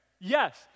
Yes